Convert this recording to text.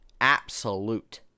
absolute